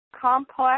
complex